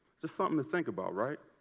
just something to think about, right?